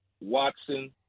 watson